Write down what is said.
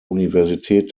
universität